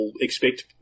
expect